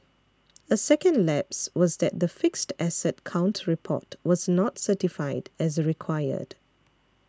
a second lapse was that the fixed asset count report was not certified as required